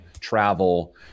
travel